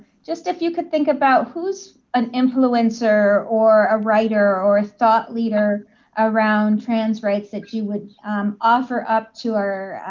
just if you could think about who is an influencer or a writer or a thought leader around trans rights that you would offer up to our